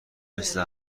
مثل